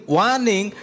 warning